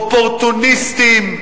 אופורטוניסטים,